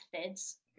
methods